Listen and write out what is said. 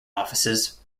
offices